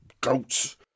goats